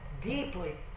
deeply